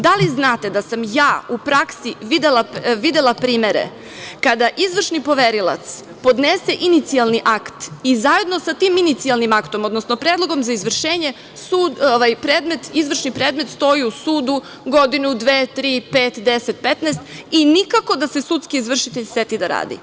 Da li znate da sam u praksi videla primere kada izvršni poverilac podnese inicijalni akt i zajedno sa tim inicijalnim aktom, odnosno predlogom za izvršenje izvršni predmet stoji u sudu godinu, dve, tri, pet, 10, 15 i nikako da se sudski izvršitelj seti da radi.